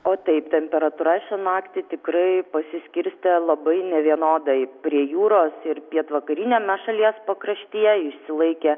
o taip temperatūra šią naktį tikrai pasiskirstė labai nevienodai prie jūros ir pietvakariniame šalies pakraštyje išsilaikė